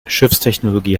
schiffstechnologie